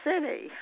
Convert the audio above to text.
city